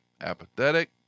apathetic